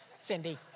Cindy